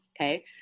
Okay